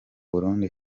burundi